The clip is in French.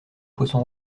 poisson